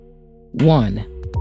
One